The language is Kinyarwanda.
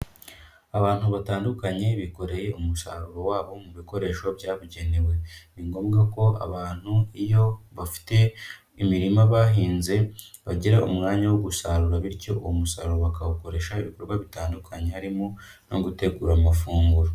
Abantu batandukanye bikoreye umusaruro wabo mu bikoresho byabugenewe, ni ngombwa ko abantu iyo bafite imirima bahinze, bagira umwanya wo gusarura bityo uwo umusaruro bakawukoresha ibikorwa bitandukanye, harimo no gutegura amafunguro.